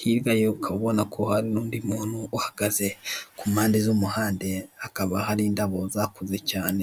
hirya ye ukaba ubona ko hari undi muntu uhagaze, kumpande z'umuhanda hakaba hari indabo cyane.